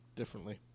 differently